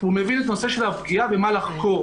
והוא מבין את נושא של הפגיעה ומה לחקור,